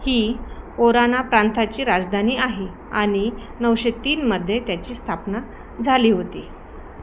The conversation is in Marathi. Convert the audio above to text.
ही ओराना प्रांताची राजधानी आहे आणि नऊशे तीनमध्ये त्याची स्थापना झाली होती